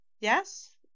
Yes